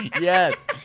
Yes